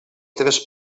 tres